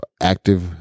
active